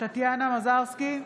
טטיאנה מזרסקי,